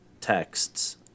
texts